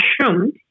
assumed